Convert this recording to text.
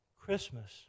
Christmas